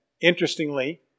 Interestingly